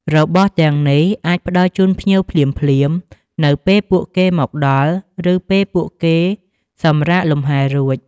របស់ទាំងនេះអាចផ្តល់ជូនភ្ញៀវភ្លាមៗនៅពេលពួកគេមកដល់ ឬពេលពួកគេសម្រាកលម្ហែរួច។